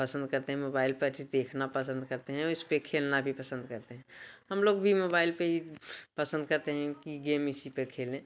पसंद करते है मोबाइल पर ही देखना पसंद करते हैं और इसपे खेलना भी पसंद करते हैं हम लोग भी मोबाइल पे ही पसंद करते हैं कि गेम इसी पे खेलें